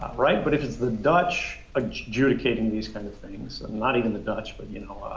um right, but if it's the dutch adjudicating these kinds of things and not even the dutch but, you know,